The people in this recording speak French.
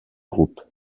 groupe